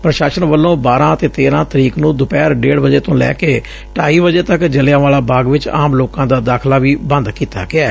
ਪ੍ਸ਼ਾਸਨ ਵੱਲੋਂ ਬਾਰਾਂ ਅਤੇ ਤੇਰਾ ਤਰੀਕ ਨੂੰ ਦੁਪਹਿਰ ਡੇਢ ਵਜੇ ਤੋਂ ਲੈ ਕੇ ਢਾਈ ਵਜੇ ਤੱਕ ਜਲਿਆਂਵਾਲਾ ਬਾਗ ਵਿੱਚ ਆਮ ਲੋਕਾਂ ਦਾ ਦਾਖਲਾ ਵੀ ਬੰਦ ਕੀਤਾ ਗਿਐ